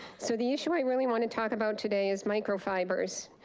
so the issue i really want to talk about today is microfibers.